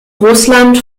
russland